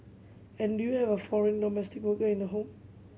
and do you have a foreign domestic worker in the home